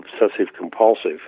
obsessive-compulsive